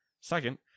Second